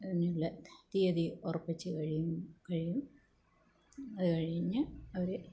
അതിനുള്ള തീയതി ഉറപ്പിച്ച് കഴിയും കഴിയും അതു കഴിഞ്ഞ് അവർ